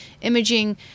imaging